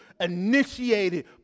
initiated